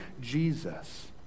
Jesus